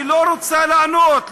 היא לא רוצה לענות,